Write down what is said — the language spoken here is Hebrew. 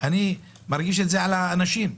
את זה על האנשים.